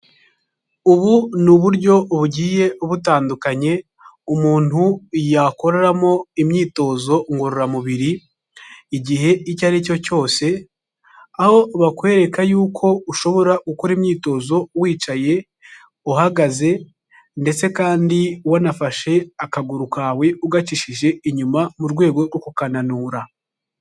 Ubu ni uburyo bugiye butandukanye, umuntu yakoreramo imyitozo ngororamubiri, igihe icyo ari cyo cyose, aho bakwereka yuko ushobora ukora imyitozo wicaye, uhagaze, ndetse kandi wanafashe akaguru kawe, ugacishije inyuma, mu rwego rwo kukananura.